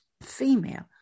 female